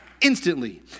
instantly